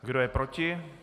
Kdo je proti?